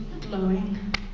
glowing